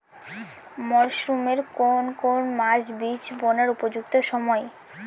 মরসুমের কোন কোন মাস বীজ বোনার উপযুক্ত সময়?